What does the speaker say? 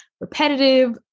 repetitive